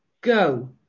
go